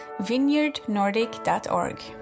vineyardnordic.org